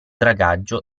dragaggio